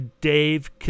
Dave